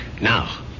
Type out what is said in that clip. now